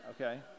Okay